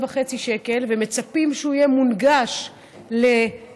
וחצי שקל ומצפים שהוא יהיה מונגש לראייה,